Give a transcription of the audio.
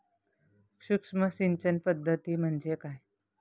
सूक्ष्म सिंचन पद्धती म्हणजे काय?